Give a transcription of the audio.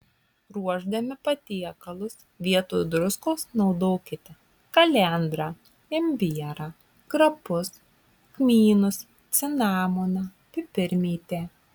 ruošdami patiekalus vietoj druskos naudokite kalendrą imbierą krapus kmynus cinamoną pipirmėtę